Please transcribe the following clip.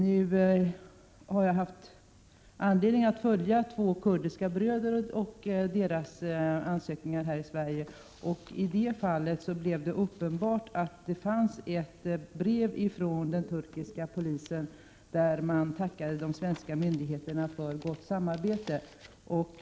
Nu är det så att jag har haft anledning att följa två kurdiska bröder och deras ansökningar här i Sverige, och i det fallet blev det uppenbart att det fanns ett brev från den turkiska polisen där man tackade de svenska myndigheterna för gott samarbete.